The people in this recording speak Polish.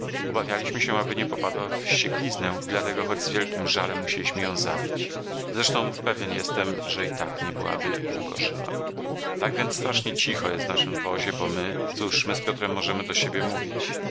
obawialiśmy się aby nie popadła w wściekliznę i dlatego choć z wielkim żalem musieliśmy ją zabić zresztą pewien jestem że i tak nie byłaby długo żyła tak więc strasznie cicho jest w naszym wozie bo my cóż my z piotrem możemy do siebie mówić